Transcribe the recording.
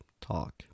talk